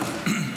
לא יכולתי.